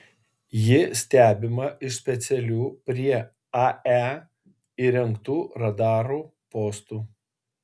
ji stebima iš specialių prie ae įrengtų radarų postų